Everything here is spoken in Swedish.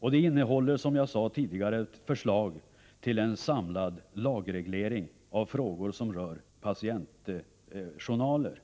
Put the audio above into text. Utredningsbetänkandet innehåller, som jag tidigare sade, ett förslag till en samlad lagreglering av frågor som rör patientjournaler.